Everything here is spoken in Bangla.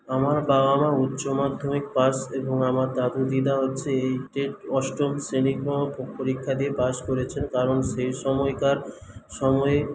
আমার বাবা মা উচ্চ মাধ্যমিক পাস এবং আমার দাদু দিদা হচ্ছে এইটের অষ্টম শ্রেণি পরীক্ষা দিয়ে পাস করেছেন কারণ সেই সময়কার সময়ে